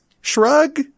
Shrug